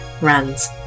Runs